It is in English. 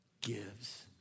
gives